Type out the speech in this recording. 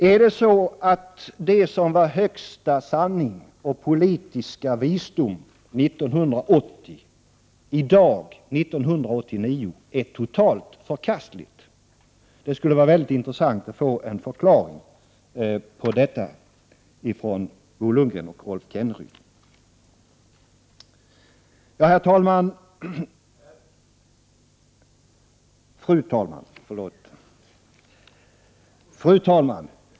Är det så att det som var högsta sanning och största politiska visdom 1980 är i dag, 1989, är totalt förkastligt? Det skulle vara intressant att få en förklaring till detta från Bo Lundgren och Rolf Kenneryd. Fru talman!